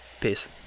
Peace